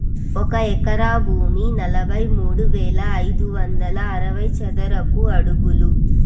ఒక ఎకరా భూమి నలభై మూడు వేల ఐదు వందల అరవై చదరపు అడుగులు